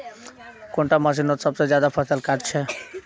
कुंडा मशीनोत सबसे ज्यादा फसल काट छै?